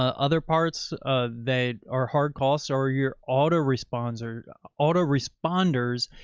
other parts that are hard costs or your auto responders or auto responders,